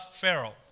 Pharaoh